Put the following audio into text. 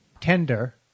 tender